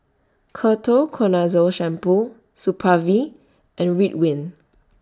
Ketoconazole Shampoo Supravit and Ridwind